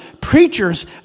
preachers